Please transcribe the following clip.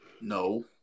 No